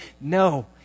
no